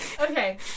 Okay